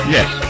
Yes